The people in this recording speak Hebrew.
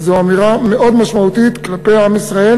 זו אמירה מאוד משמעותית כלפי עם ישראל